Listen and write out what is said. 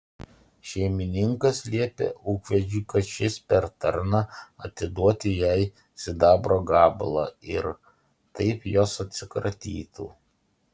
šeimininkas liepia ūkvedžiui kad šis per tarną atiduoti jai sidabro gabalą ir taip jos atsikratytų